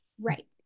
Right